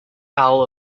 owl